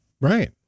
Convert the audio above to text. Right